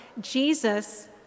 Jesus